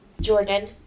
Jordan